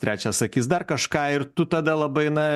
trečias sakys dar kažką ir tu tada labai na